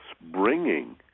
bringing